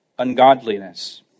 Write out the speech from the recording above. ungodliness